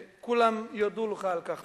וכולם יודו לך על כך.